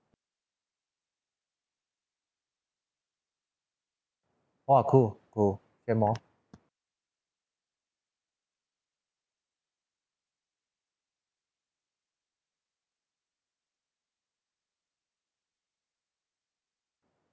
!wah! cool cool and more